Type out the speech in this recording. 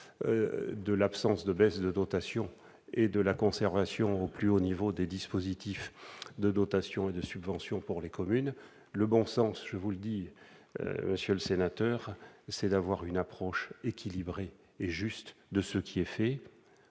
de l'absence de baisse de dotation ni de la conservation au plus haut niveau des dispositifs de dotation et de subvention pour les communes. Toujours est-il que le bon sens, monsieur le sénateur, c'est d'avoir une approche équilibrée et juste de ce qui est fait.